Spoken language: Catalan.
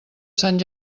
sant